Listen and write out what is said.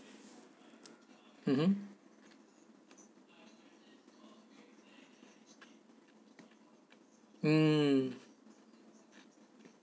mmhmm mm